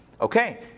okay